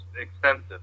extensive